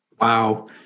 Wow